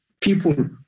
people